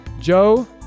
Joe